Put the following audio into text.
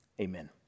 amen